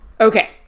Okay